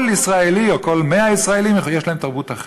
כל ישראלי, או כל 100 ישראלים, יש להם תרבות אחרת.